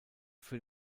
für